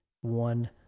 One